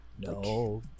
No